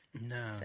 No